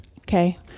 okay